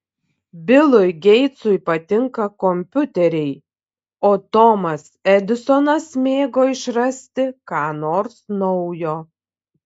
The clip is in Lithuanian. bilui geitsui patinka kompiuteriai o tomas edisonas mėgo išrasti ką nors naujo